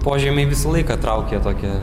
požemiai visą laiką traukia tokią